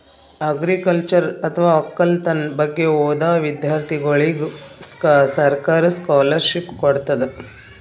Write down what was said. agriculture ಅಥವಾ ವಕ್ಕಲತನ್ ಬಗ್ಗೆ ಓದಾ ವಿಧ್ಯರ್ಥಿಗೋಳಿಗ್ ಸರ್ಕಾರ್ ಸ್ಕಾಲರ್ಷಿಪ್ ಕೊಡ್ತದ್